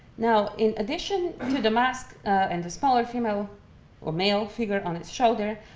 now, in addition to the mask and the smaller female or male figure on its shoulder,